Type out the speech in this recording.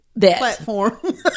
platform